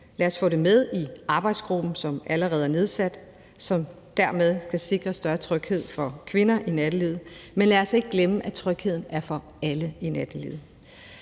lad os få det med i arbejdsgruppen, som allerede er nedsat, og som dermed skal sikre større tryghed for kvinder i nattelivet, men lad os ikke glemme, at trygheden er for alle i nattelivet.